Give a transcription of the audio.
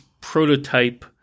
prototype